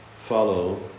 follow